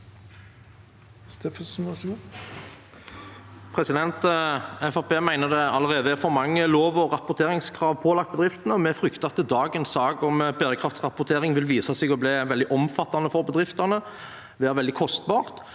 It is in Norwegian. Fremskrittspartiet mener det allerede er for mange lover og rapporteringskrav pålagt bedriftene, og vi frykter at dagens sak om bærekraftsrapportering vil vise seg å bli veldig omfattende for bedriftene. Det er veldig kostbart